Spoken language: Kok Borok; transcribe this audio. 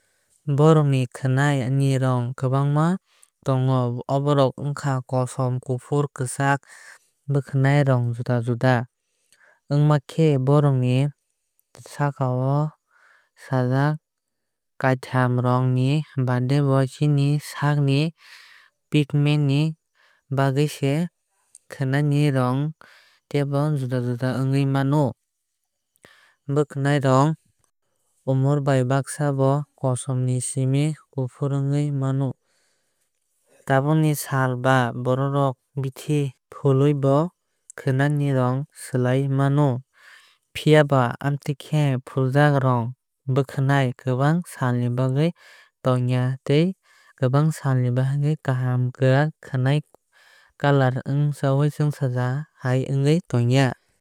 Borokni khwnai ni rong kwbangma tongo aborok ongka kosom kufur kwchak. Bwkhanai rong juda juda wongma khe borok ni saaka o sajak kaitham rong ni baade bo chini saak ni pigment ni bagwui se khwnai ni rong tebo juda juda ongwui mano. Bwkhwnai rong umar bai bagsa bo kosom ni simi kufur wongui mano. Tabuk ni sal o ba borok rok bithi fului bo khwnai ni rong slai mano. Phiaba amotuikhe fuljak rong bwkhwnai kwbang sal ni bagwui tong ya tei kwbang sal ni bagwui kaham kwrak khwnai color wngsaui chwngsaja ongwui tongya..